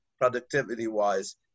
productivity-wise